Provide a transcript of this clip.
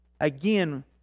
Again